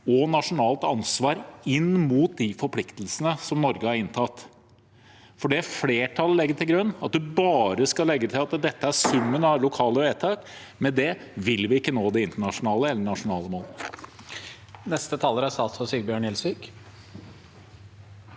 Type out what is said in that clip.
og nasjonalt ansvar inn mot de forpliktelsene Norge har inntatt. Med det flertallet legger til grunn – at en bare skal legge til at dette er summen av lokale vedtak – vil vi ikke nå de internasjonale eller de nasjonale målene.